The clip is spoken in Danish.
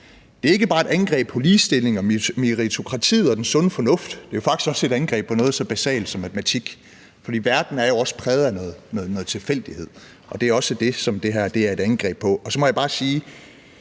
måltal ikke bare er et angreb på ligestilling og meritokratiet og den sunde fornuft; det er faktisk også et angreb på noget så basalt som matematik, for verden er jo også præget af noget tilfældighed, og det er også det, som det her er et angreb på. Så må jeg bare i